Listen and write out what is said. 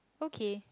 okay